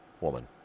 woman